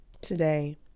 Today